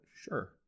Sure